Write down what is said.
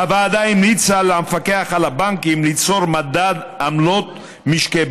הוועדה המליצה למפקח על הבנקים ליצור מדד עמלות משקי